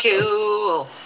Cool